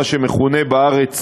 מה שמכונה בארץ